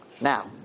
now